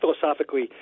philosophically